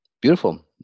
beautiful